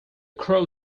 crow